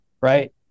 right